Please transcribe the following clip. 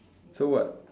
so what